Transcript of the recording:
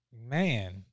man